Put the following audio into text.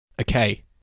Okay